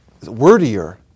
wordier